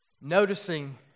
Noticing